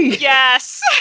Yes